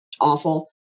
awful